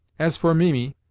as for mimi,